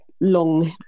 long